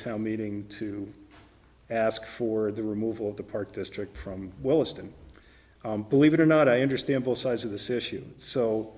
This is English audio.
town meeting to ask for the removal of the park district from well as to believe it or not i understand both sides of this issue so